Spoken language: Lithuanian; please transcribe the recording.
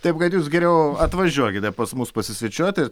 taip kad jūs geriau atvažiuokite pas mus pasisvečiuoti